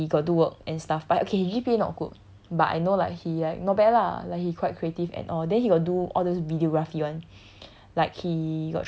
he got do work and stuff but okay he G_P_A not good but I know like he like not bad lah like he quite creative and all then he got do all those videography [one]